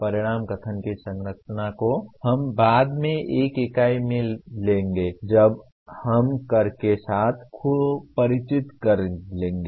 परिणाम कथन की संरचना को हम बाद में एक इकाई में ले लेंगे जब हम कर के साथ खुद को परिचित कर लेंगे